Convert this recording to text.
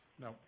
No